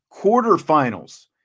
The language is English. quarterfinals